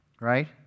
right